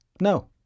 no